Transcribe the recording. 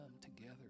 together